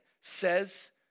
says